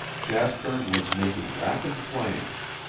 jasper was making rapid plans.